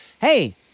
Hey